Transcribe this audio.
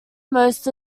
most